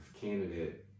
candidate